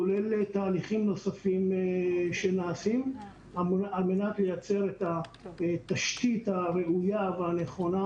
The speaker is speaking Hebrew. כולל תהליכים נוספים שנעשים על מנת לייצר את התשתית הראויה והנכונה